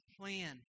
plan